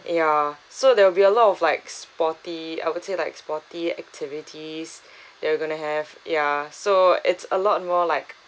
ya so there will be a lot of like sporty I would say like sporty activities that we're gonna have ya so it's a lot more like